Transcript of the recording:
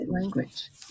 language